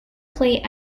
play